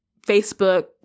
Facebook